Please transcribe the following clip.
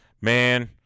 man